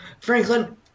Franklin